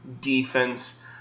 defense